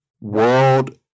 world